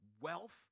wealth